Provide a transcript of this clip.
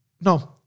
no